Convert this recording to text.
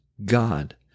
God